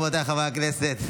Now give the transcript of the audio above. רבותיי חברי הכנסת,